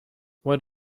what